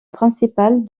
principale